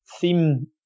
theme